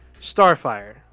Starfire